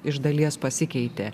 iš dalies pasikeitė